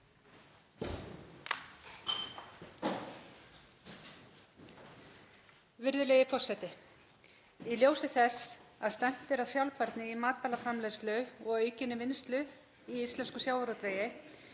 Virðulegi forseti. Í ljósi þess að stefnt er að sjálfbærni í matvælaframleiðslu og aukinni vinnslu í íslenskum sjávarútvegi